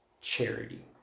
charity